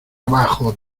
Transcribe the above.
abajo